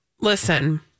listen